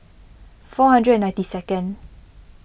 four hundred and ninety second